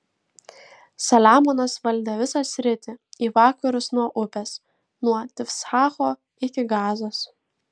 saliamonas valdė visą sritį į vakarus nuo upės nuo tifsacho iki gazos